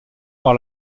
par